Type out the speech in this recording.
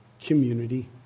community